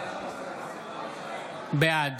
בעד